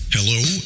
Hello